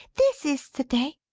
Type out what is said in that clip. this is the day.